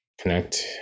connect